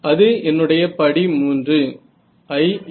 அது என்னுடைய படி 3